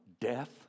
death